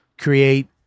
create